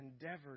endeavored